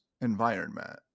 environment